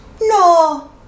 No